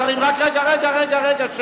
רגע, רגע, רגע.